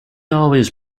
always